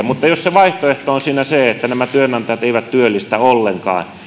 mutta jos se vaihtoehto on siinä se että nämä työnantajat eivät työllistä ollenkaan